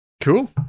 Cool